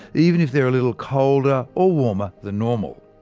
even if they're a little colder or warmer than normal.